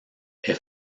est